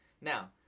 Now